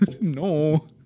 No